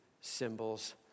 symbols